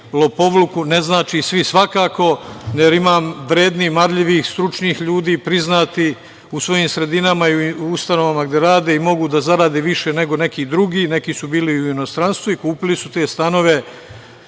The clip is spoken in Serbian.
lopovluku, ne znači svi, svakako, jer ima vrednih, marljivih, stručnih ljudi, priznatih u svojim sredinama i u ustanovama gde rade i mogu da zarade više nego neki drugi, neki su bili i u inostranstvu i kupili su te stanove